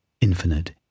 infinite